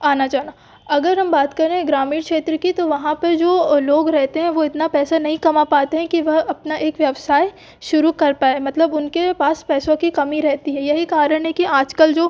आना जाना अगर हम बात करें ग्रामीण क्षेत्र की तो वहाँ पे जो लोग रहते हैं वो इतना पैसा नहीं कमा पाते हैं कि वह अपना एक व्यवसाय शुरू कर पाएं मतलब उनके पास पैसों की कमी रहती है यही कारण है कि आज कल जो